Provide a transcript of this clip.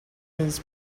his